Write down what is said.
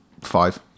five